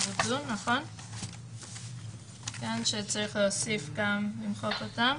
וצריך למחוק אותם.